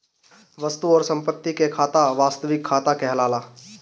वस्तु अउरी संपत्ति के खाता वास्तविक खाता कहलाला